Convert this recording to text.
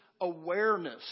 awareness